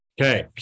Okay